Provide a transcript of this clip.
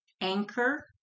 Anchor